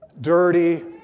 dirty